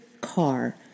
car